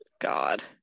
God